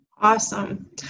Awesome